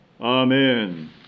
Amen